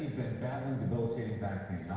battling debilitating back